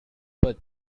but